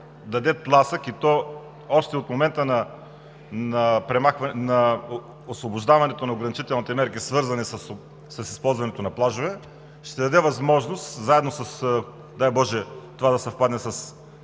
даде тласък и то още от момента на освобождаването на ограничителните мерки, свързани с използването на плажове, ще даде възможност – дай боже, това да съвпадне с